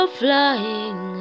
flying